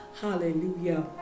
hallelujah